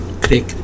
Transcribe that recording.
click